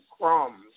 crumbs